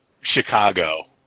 Chicago